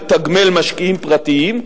לתגמל משקיעים פרטיים,